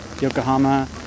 Yokohama